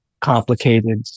complicated